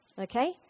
Okay